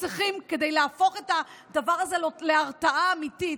כדי להפוך את הדבר הזה להרתעה אמיתית,